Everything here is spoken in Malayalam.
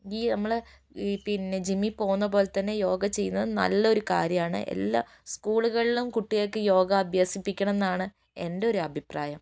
ഈ നമ്മൾ ഈ പിന്നെ ജിമ്മിൽ പോകുന്ന പോലെത്തന്നെ യോഗ ചെയ്യുന്നത് നല്ല ഒരു കാര്യമാണ് എല്ലാ സ്കൂളുകളിലും കുട്ടികൾക്ക് യോഗ അഭ്യസിപ്പിക്കണം എന്നാണ് എൻ്റെയൊരു അഭിപ്രായം